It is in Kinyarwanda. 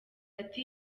ati